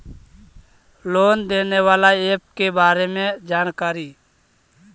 Loan देने बाला app के बारे मे जानकारी?